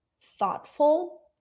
thoughtful